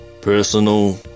personal